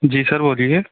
जी sir बोलिए